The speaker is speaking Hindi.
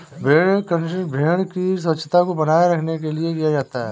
भेड़ क्रंचिंग भेड़ की स्वच्छता को बनाने के लिए किया जाता है